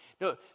No